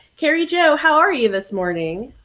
carrie jo, how are you this morning?